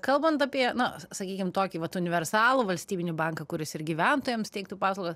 kalbant apie na sakykim tokį vat universalų valstybinį banką kuris ir gyventojams teiktų paslaugas